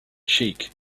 cheek